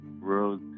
road